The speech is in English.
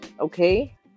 Okay